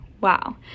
wow